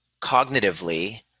cognitively